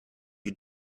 you